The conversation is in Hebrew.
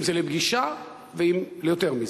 אם לפגישה ואם ליותר.